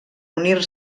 unir